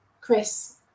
Chris